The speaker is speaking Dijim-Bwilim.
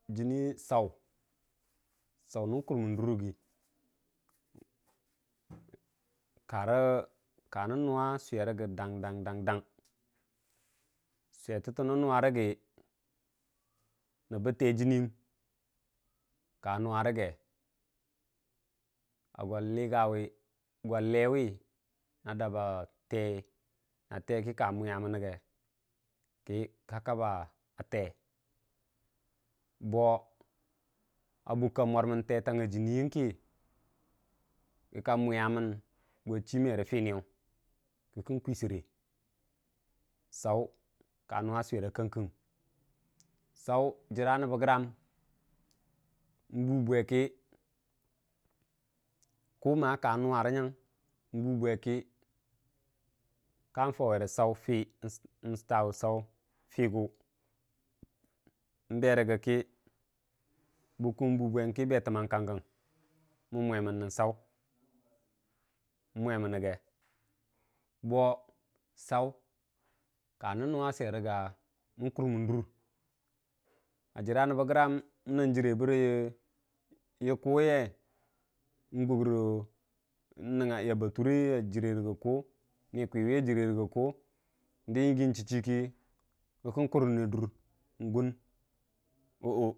jənniye tsau nən kurmən durrəgə kanən nuwa swer rəgə dang dang a gwa ləgawi a lee kə ka mwiyamən rəge bo bukka mwamər tetang a jənnin yənkə ka mwinyamən gwa chii merə fənəyən kə kənən kusə tsau ka nuwa swer a kan kin jəra nəbbəgram n'buu bwe kə kuuma ka n'nanga rə nyan ka nənga kə kən stawu tsafəgu, bukkə n'bubwenkə betəmmən mwemən nən tsau. bo tsaw ka nən nuwa swer rə mən kurmən dur jəra nəbbəg mənən jərre bərə yənk2wiyə na kwiwi a jəre rəgə dən chichi kə kən kurnən dur n'gun.